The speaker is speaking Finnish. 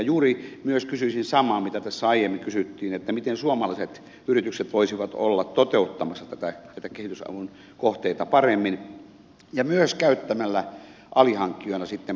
juuri myös kysyisin samaa mitä tässä aiemmin kysyttiin miten suomalaiset yritykset voisivat olla toteuttamassa kehitysavun kohteita paremmin ja myös käyttämällä alihankkijoina sitten paikallisia pienyrittäjiä